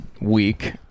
week